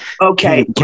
okay